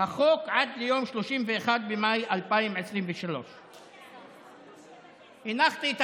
החוק עד ליום 31 במאי 2023. הנחתי את